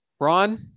Ron